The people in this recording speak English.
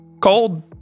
cold